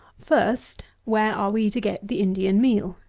first, where are we to get the indian meal?